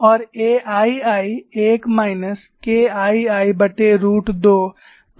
और AII 1 minus KIIरूट 2 pi से संबंधित है